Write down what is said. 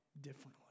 differently